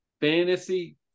Fantasy